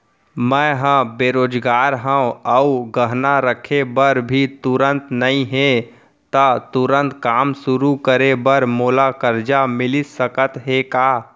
मैं ह बेरोजगार हव अऊ गहना रखे बर भी तुरंत नई हे ता तुरंत काम शुरू करे बर मोला करजा मिलिस सकत हे का?